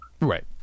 Right